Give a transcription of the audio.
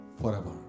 forever